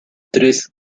tres